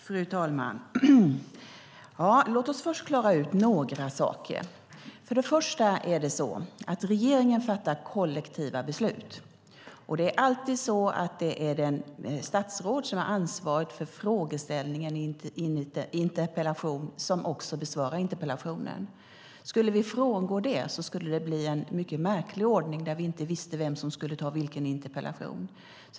Fru talman! Låt oss först klara ut några saker. För det första är det så att regeringen fattar kollektiva beslut. Det är alltid det statsråd som har ansvaret för frågeställningen i en interpellation som också besvarar interpellationen. Skulle vi frångå det skulle det bli en mycket märklig ordning där vi inte skulle veta vem som skulle ta hand om vilken interpellation.